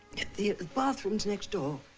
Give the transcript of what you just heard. the bathroom's next door.